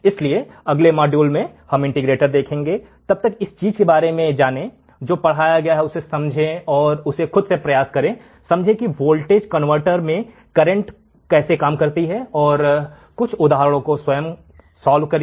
इसलिए अगले मॉड्यूल में हम इंटीग्रेटर देखेंगे तब तक इस चीज के बारे में जानें जो पढ़ाया गया है उसे समझें समझें कि वोल्टेज कनवर्टर में करेंट कैसे काम करती है और कुछ और उदाहरणों को स्वयं हल करिए